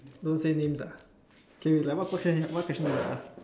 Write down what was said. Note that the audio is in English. don't say names ah okay like what question what question you wanna ask